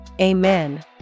Amen